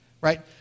right